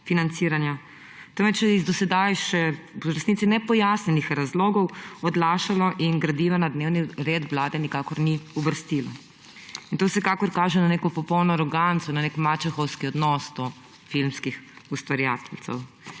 financiranja, temveč je iz do sedaj še v resnici nepojasnjenih razlogov odlašal in gradiva na dnevni red Vlade nikakor ni uvrstil. In to vsekakor kaže na neko popolno aroganco, na nek mačehovski odnos do filmskih ustvarjalcev.